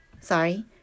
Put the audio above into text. Sorry